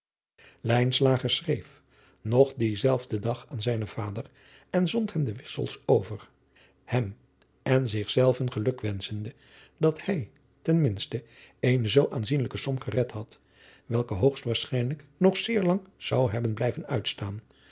schreef nog dienzelfden dag aan zijnen vader en zond hem de wissels over hem en zich zelven geluk wenschende dat hij ten minste eene zoo aanzienlijke som gered had welke hoogstwaarschijnlijk nog zeer lang zou hebben blijven uitstaan